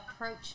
approach